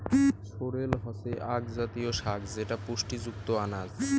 sorrel হসে আক জাতীয় শাক যেটা পুষ্টিযুক্ত আনাজ